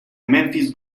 memphis